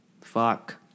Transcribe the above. Fuck